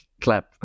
clap